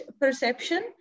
perception